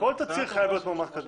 כל תצהיר חייב להיות מאומת כדין.